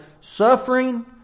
suffering